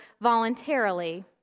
voluntarily